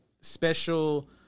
special